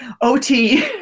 O-T